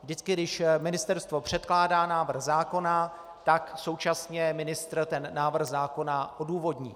Vždycky když ministerstvo předkládá návrh zákona, tak současně ministr návrh zákona odůvodní.